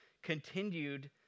continued